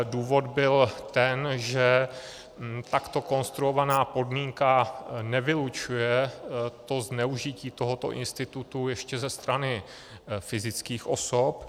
Důvod byl ten, že takto konstruovaná podmínka nevylučuje zneužití tohoto institutu ještě ze strany fyzických osob.